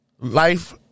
life